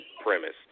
premise